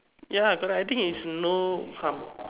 ya correct I think you should know some